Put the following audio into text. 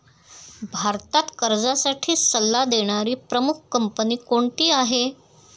भारतात कर्जासाठी सल्ला देणारी प्रमुख कंपनी कोणती आहे?